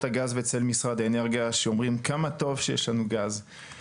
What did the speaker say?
הגז ואצל משרד האנרגיה שאומרים: כמה טוב שיש לנו גז.